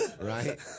right